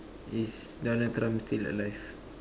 is Donald Trump still alive